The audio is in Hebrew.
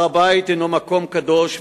הר-הבית הינו מקום קדוש,